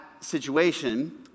situation